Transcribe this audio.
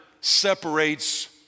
separates